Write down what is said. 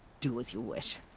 do as you wish.